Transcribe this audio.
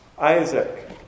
Isaac